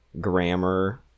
grammar